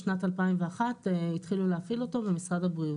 בשנת 2001 התחילו להפעיל אותו במשרד הבריאות.